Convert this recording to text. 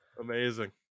amazing